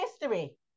history